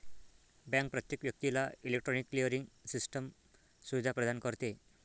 bank प्रत्येक व्यक्तीला electronic clearing system सुविधा प्रदान करते